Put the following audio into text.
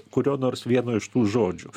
kurio nors vieno iš tų žodžių